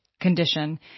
condition